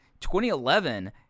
2011